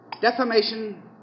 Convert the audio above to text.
defamation